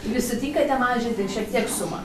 jūs sutinkate mažinti šiek tiek sumą